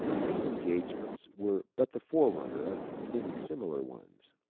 these engagements were but the forerunner of many similar ones.